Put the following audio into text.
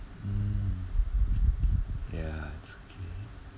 mm yah it's okay